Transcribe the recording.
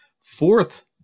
Fourth